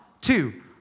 two